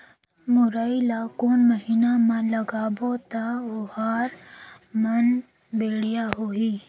मुरई ला कोन महीना मा लगाबो ता ओहार मान बेडिया होही?